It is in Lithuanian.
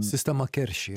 sistema keršija